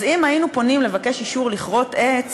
אז אם היינו פונים לבקש אישור לכרות עץ,